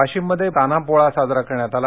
वाशीममध्ये तान्हा पोळा साजरा करण्यात आला